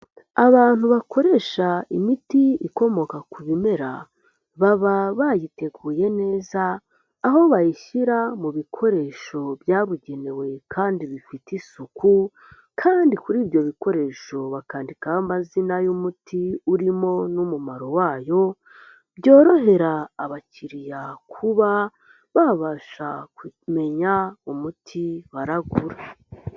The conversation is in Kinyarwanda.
Abantu bakoresha imiti ikomoka ku bimera baba bayiteguye neza, aho bayishyira mu bikoresho byabugenewe kandi bifite isuku, kandi kuri ibyo bikoresho bakandikaho amazina y'umuti urimo n'umumaro wayo, byorohera abakiriya kuba babasha kumenya umuti baragura.